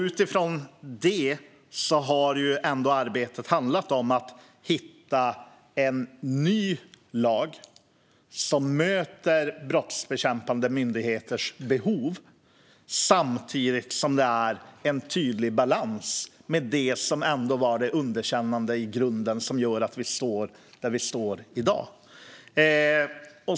Utifrån det har arbetet handlat om att hitta en ny lag som möter brottsbekämpande myndigheters behov samtidigt som det är en tydlig balans till det som ändå var det underkännande i grunden som gör att vi står där vi står i dag.